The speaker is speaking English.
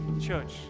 Church